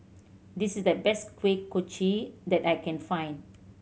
this is the best Kuih Kochi that I can find